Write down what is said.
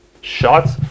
Shots